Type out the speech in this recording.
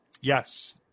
yes